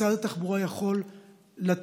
משרד התחבורה יכול לתת